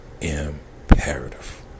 imperative